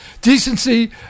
Decency